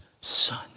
son